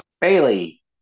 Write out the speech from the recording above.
Bailey